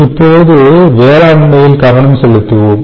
இப்போது வேளாண்மையில் கவனம் செலுத்துவோம்